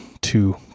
two